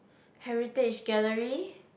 heritage gallery